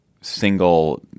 single –